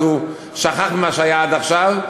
אז הוא שכח ממה שהיה עד עכשיו,